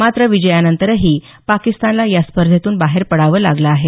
मात्र विजयानंतरही पाकिस्तानला या स्पर्धेतून बाहेर पडावं लागलं आहे